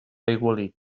aigualit